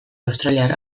australiar